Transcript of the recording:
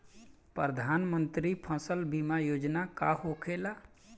प्रधानमंत्री फसल बीमा योजना का होखेला?